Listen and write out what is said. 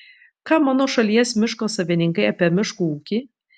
ką mano šalies miško savininkai apie miškų ūkį